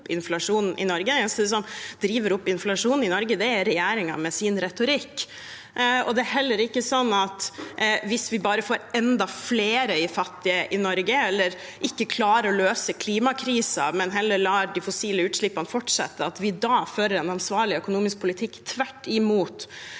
eneste som driver opp inflasjonen i Norge, er regjeringen med sin retorikk. Det er heller ikke sånn at hvis vi bare får enda flere fattige i Norge eller ikke klarer å løse klimakrisen, men heller lar de fossile utslippene fortsette, så fører vi en ansvarlig økonomisk politikk – tvert imot.